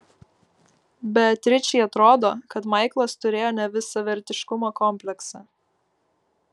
beatričei atrodo kad maiklas turėjo nevisavertiškumo kompleksą